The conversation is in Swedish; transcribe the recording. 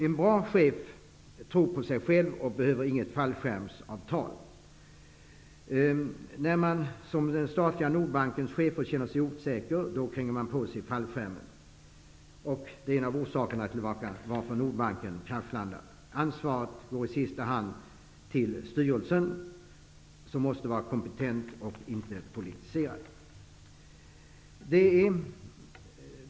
En bra chef tror på sig själv och behöver inget fallskärmsavtal. När den statliga Nordbankens chef känner sig osäker, kränger han på sig fallskärmen. Det är en av orsakerna till varför Nordbanken nu kraschlandar. Ansvaret går i sista hand till styrelsen, som måste vara kompetent och inte politiserad.